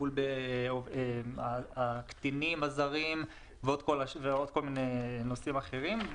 טיפול בקטינים הזרים ועוד כל מיני נושאים אחרים,